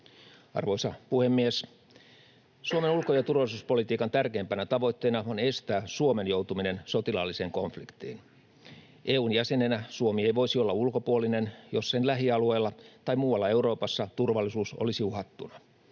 Arvoisa puhemies! Suomen ulko- ja turvallisuuspolitiikan tärkeimpänä tavoitteena on estää Suomen joutuminen sotilaalliseen konfliktiin. EU:n jäsenenä Suomi ei voisi olla ulkopuolinen, jos sen lähialueella tai muualla Euroopassa turvallisuus olisi uhattuna.